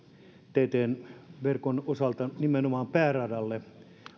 ten t verkon osalta nimenomaan pääradalle